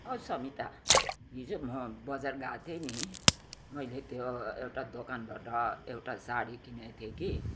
ओ समिता हिजो म बजार गएको थिएँ नि मैले त्यो एउटा दोकानबाट एउटा साडी किनेको थिएँ कि